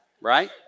Right